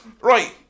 right